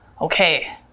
Okay